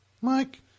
Mike